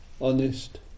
honest